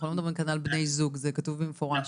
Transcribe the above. אנחנו לא מדברים כאן על בני זוג, זה כתוב במפורש.